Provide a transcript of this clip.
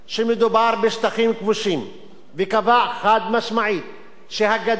וקבע חד-משמעית שהגדר לא חוקית ויש להרוס אותה,